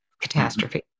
catastrophe